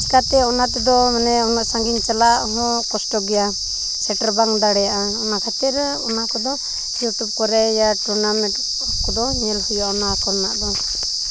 ᱪᱩᱠᱟᱛᱮ ᱚᱱᱟ ᱛᱮᱫᱚ ᱢᱟᱱᱮ ᱩᱱᱟᱹᱜ ᱥᱟᱺᱜᱤᱧ ᱪᱟᱞᱟᱜ ᱦᱚᱸ ᱠᱚᱥᱴᱚ ᱜᱮᱭᱟ ᱥᱮᱴᱮᱨ ᱵᱟᱢ ᱫᱟᱲᱮᱭᱟᱜᱼᱟ ᱚᱱᱟ ᱠᱷᱟᱹᱛᱤᱨ ᱚᱱᱟ ᱠᱚᱫᱚ ᱤᱭᱩᱴᱩᱵᱽ ᱠᱚᱨᱮ ᱭᱟ ᱴᱩᱨᱱᱟᱢᱮᱱᱴ ᱠᱚᱫᱚ ᱧᱮᱞ ᱦᱩᱭᱩᱜᱼᱟ ᱚᱱᱟ ᱠᱚᱨᱮᱱᱟᱜ ᱫᱚ